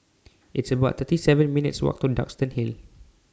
It's about thirty seven minutes' Walk to Duxton Hill